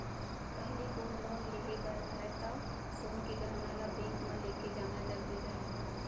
पहिली gold loan लेहे बर रहय तौ सोन के गहना ल बेंक म लेके जाना जरूरी रहय